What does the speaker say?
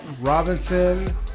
Robinson